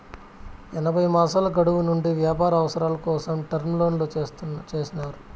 ఎనభై మాసాల గడువు నుండి వ్యాపార అవసరాల కోసం టర్మ్ లోన్లు చేసినారు